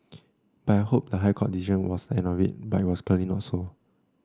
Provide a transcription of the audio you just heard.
I had hoped the High Court decision was the end of it but that's clearly not so